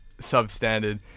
substandard